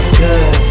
good